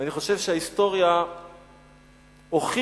אני חושב שההיסטוריה הוכיחה